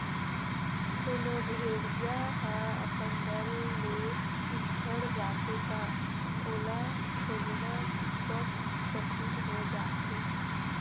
कोनो भेड़िया ह अपन दल ले बिछड़ जाथे त ओला खोजना बिकट कठिन हो जाथे